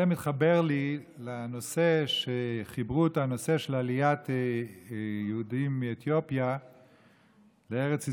זה מתחבר לי לנושא של עליית יהודים מאתיופיה לארץ ישראל,